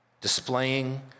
displaying